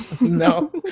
No